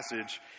passage